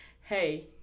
hey